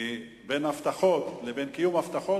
כי בין הבטחות לבין קיום הבטחות,